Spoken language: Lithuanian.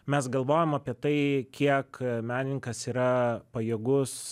mes galvojam apie tai kiek menininkas yra pajėgus